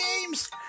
games